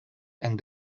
and